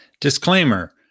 Disclaimer